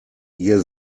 ihr